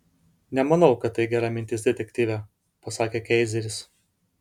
nemanau kad tai gera mintis detektyve pasakė keizeris